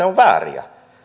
ovat vääriä